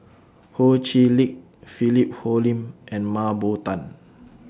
Ho Chee Lick Philip Hoalim and Mah Bow Tan